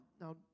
now